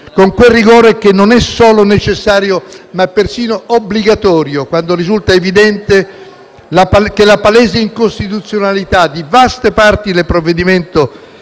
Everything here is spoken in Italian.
con quel rigore che è non solo necessario, ma persino obbligatorio, quando risulta evidente che la palese incostituzionalità di vaste parti del provvedimento